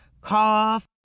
cough